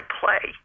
play